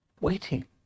Waiting